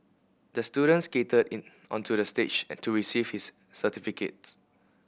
the student skated in onto the stage to receive his certificates